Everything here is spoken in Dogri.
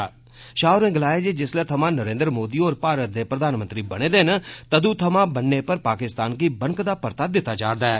षाह होरें गलाया जे जिसलै थमां नरेन्द्र मोदी होर भारत दे प्रधानमंत्री बने दे न तदुं थमां बन्ने पर पाकिस्तान गी बनकदा परता दित्ता जा रदा ऐ